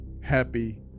happy